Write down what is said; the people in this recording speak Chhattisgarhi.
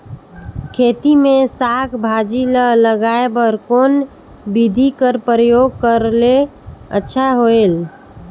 खेती मे साक भाजी ल उगाय बर कोन बिधी कर प्रयोग करले अच्छा होयल?